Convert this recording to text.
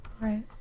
Right